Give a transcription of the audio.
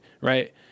right